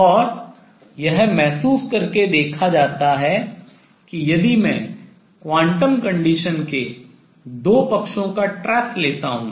और यह महसूस करके देखा जाता है कि यदि मैं quantum condition क्वांटम शर्त के 2 पक्षों का trace ट्रेस लेता हूँ